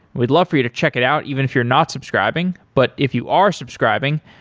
we'd love for you to check it out, even if you're not subscribing. but if you are subscribing,